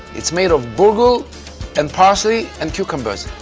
it's made of burghul and parsley and cucumbers.